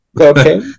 okay